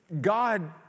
God